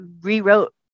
rewrote